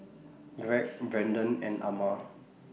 Greg Brendon and Ama